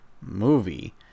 movie